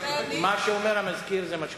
מה שאומר המזכיר, זה מה שקובעים.